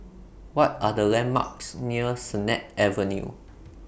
What Are The landmarks near Sennett Avenue